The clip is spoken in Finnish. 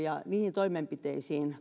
ja niihin toimenpiteisiin